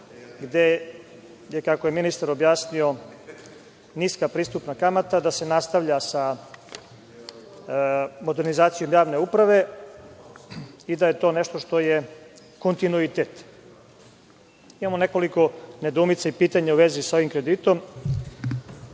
gde je, kako je ministar objasnio niska pristupna kamata, da se nastavlja sa modernizacijom javne uprave i da je to nešto što je kontinuitet. Imamo nekoliko nedoumica i pitanja u vezi sa ovim kreditom,